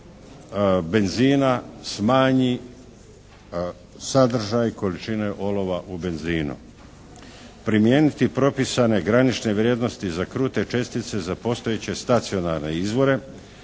benzina smanji sadržaj količine olova u benzinu. Primijeniti propisane granične vrijednosti za krute čestice za postojeće stacionarne izvore,